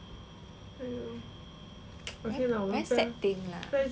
very sad thing lah